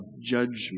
judgment